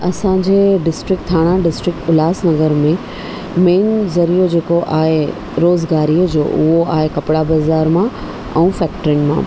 असांजे district Thane district Ulhasnagar में main ज़रियो जेको आहे रोज़गारीअ जो उहो आहे कपिड़ा बज़ारि मां ऐं फैक्ट्रिनि मां